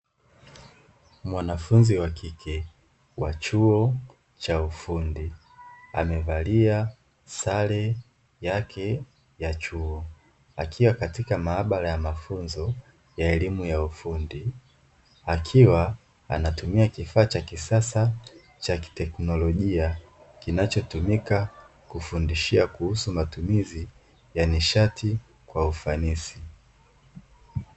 Mwanafunzi wa kike wa chuo cha ufundi amevalia sare yake ya chuo, akiwa katika maabara ya mafunzo ya elimu ufundi akiwa anatumia kifaa cha kisasa na cha kiteknolojia kinachotumika kufundishia kuhusu matumizi ya nishati kwa ufanisi.